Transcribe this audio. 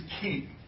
king